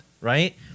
right